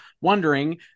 wondering